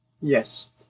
yes